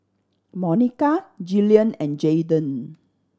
Monica Jillian and Jaydan